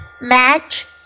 match